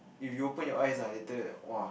if you open your eyes ah later !woah!